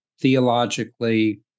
theologically